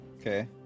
Okay